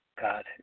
God